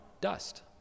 dust